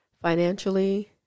financially